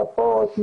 ספות,